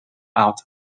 out